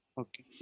Okay